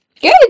Good